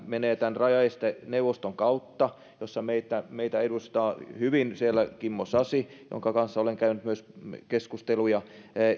menevät tämän rajaesteneuvoston kautta siellä meitä edustaa hyvin kimmo sasi jonka kanssa myös olen käynyt keskusteluja